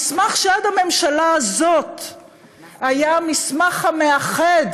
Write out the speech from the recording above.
המסמך שעד הממשלה הזאת היה המסמך המאחד